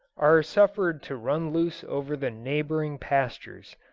are suffered to run loose over the neighbouring pastures.